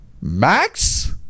max